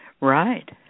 right